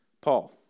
Paul